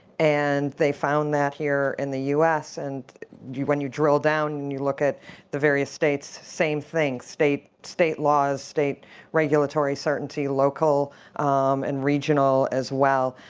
and they found that here in the us. and when you drill down and you look at the various states, same thing. state state laws, state regulatory certainty, local um and regional as well,